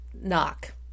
knock